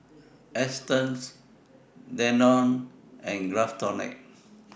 Astons Danone and Craftholic